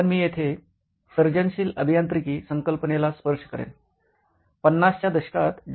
पण मी येथे सर्जनशील अभियांत्रिकी क्रिएटिव्ह इंजिनिअरिंग संकल्पनेला स्पर्श करेन